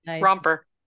romper